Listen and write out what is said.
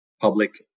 public